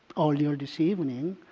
earlier this evening.